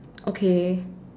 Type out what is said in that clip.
okay